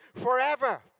forever